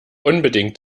unbedingt